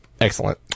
excellent